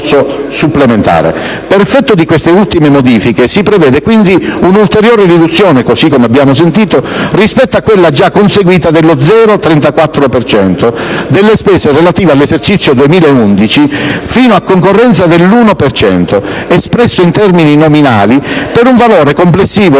Per effetto di queste ultime modifiche, si prevede quindi un'ulteriore riduzione, così come abbiamo sentito, rispetto a quella già conseguita dello 0,34 per cento delle spese relative all'esercizio 2011, fino a concorrenza dell'1 per cento, espresso in termini nominali, per un valore complessivo di